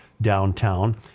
downtown